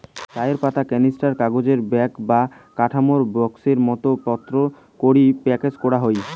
চায়ের পাতা ক্যানিস্টার, কাগজের ব্যাগ বা কাঠের বাক্সোর মতন পাত্রত করি প্যাকেজ করাং হই